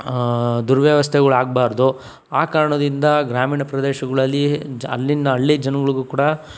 ದುರ್ವ್ಯವಸ್ಥೆಗಳು ಆಗಬಾರದು ಆ ಕಾರಣದಿಂದ ಗ್ರಾಮೀಣ ಪ್ರದೇಶಗಳಲ್ಲಿ ಜಾ ಅಲ್ಲಿನ ಹಳ್ಳಿ ಜನಗಳಿಗೂ ಕೂಡ